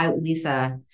Lisa